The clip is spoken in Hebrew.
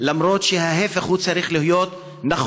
למרות שצריך להיות ההפך.